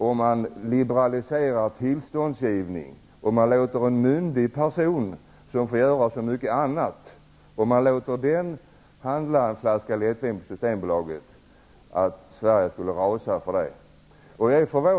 Om man liberaliserar tillståndsgivningen och låter en myndig person, som får göra så mycket annat, handla en flaska lättvin på Systembolaget tror jag inte att Sverige skulle rasa för det.